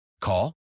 Call